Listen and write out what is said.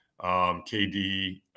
KD